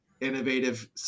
innovative